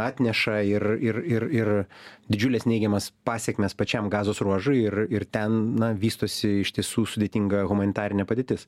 atneša ir ir ir ir didžiules neigiamas pasekmes pačiam gazos ruožui ir ir ten na vystosi iš tiesų sudėtinga humanitarinė padėtis